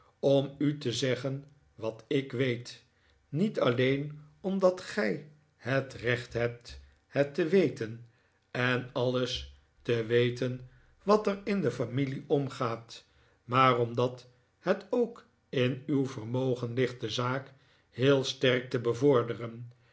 om u te zeggen wat ik weet niet alleen omdat gij het recht hebt het te weten en alles te weten wat er in de familie omgaat maar omdat het ook in uw vermogen ligt de zaak heel sterk te bevorderen